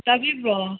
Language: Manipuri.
ꯇꯥꯕꯤꯕ꯭ꯔꯣ